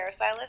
hairstylist